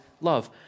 love